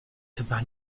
chyba